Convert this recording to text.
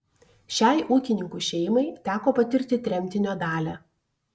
šiai ūkininkų šeimai teko patirti tremtinio dalią